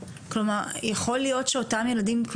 כלומר יכול להיות שאותם ילדים,